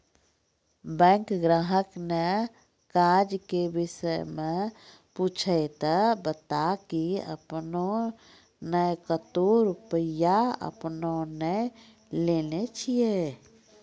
Bank ग्राहक ने काज के विषय मे पुछे ते बता की आपने ने कतो रुपिया आपने ने लेने छिए?